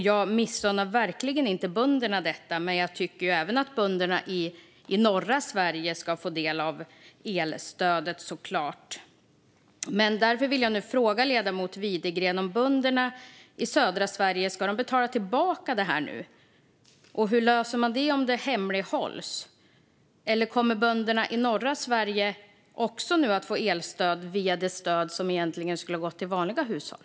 Jag missunnar verkligen inte bönderna elstödet, men jag tycker att även bönderna i norra Sverige ska få del av det. Därför vill jag nu fråga ledamoten Widegren om bönderna i södra Sverige nu ska betala tillbaka stödet - och hur löser man i så fall det om utbetalningarna hemlighålls? Eller kommer bönderna i norra Sverige också att få elstöd via det stöd som egentligen skulle ha gått till vanliga hushåll?